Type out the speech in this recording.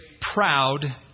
proud